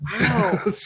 Wow